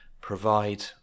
provide